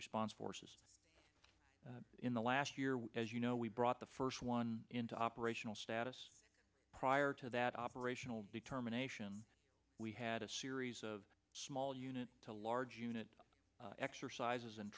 response forces in the last year as you know we brought the first one into operational status prior to that operational determination we had a series of small unit to large unit exercises and